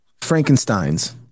Frankensteins